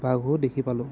বাঘো দেখি পালোঁ